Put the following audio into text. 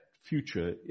future